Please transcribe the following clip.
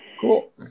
Cool